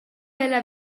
ella